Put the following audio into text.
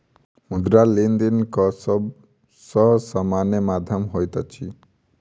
मुद्रा, लेनदेनक सब सॅ सामान्य माध्यम होइत अछि